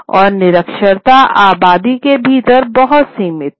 और निरक्षरता आबादी के भीतर बहुत सीमित थी